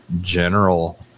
general